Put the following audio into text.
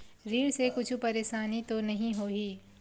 ऋण से कुछु परेशानी तो नहीं होही?